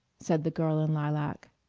said the girl in lilac.